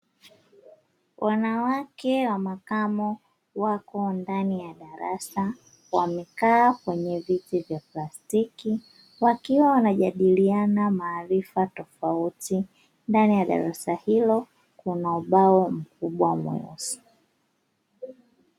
Wanawake wa makamo wako ndani ya darasa wamekaa kwenye viti vya plastiki wakiwa wanajadiliana maarifa tofauti, ndani ya darasa hilo kuna ubao mkubwa mweusi.